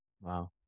Wow